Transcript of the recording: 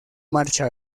marcha